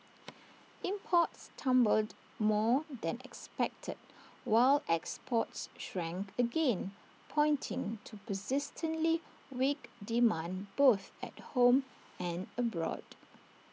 imports tumbled more than expected while exports shrank again pointing to persistently weak demand both at home and abroad